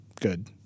Good